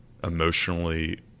emotionally